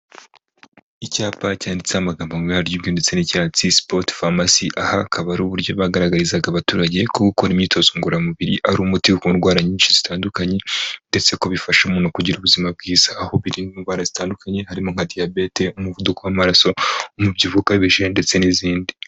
Icyapa cyanditseho amagambo mu ibara ry'umweru ndetse n'icya sport pharmacy. Aha akaba ari uburyo bagaragarizaga abaturage ko gukora imyitozo ngororamubiri ari umuti ku ndwara nyinshi zitandukanye, ndetse ko bifasha umuntu kugira ubuzima bwiza. Aho birinda indwara zitandukanye harimo nka diyabete, umuvuduko w'amaraso, umubyibuho ukabije ndetse n'izindi.